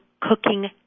cooking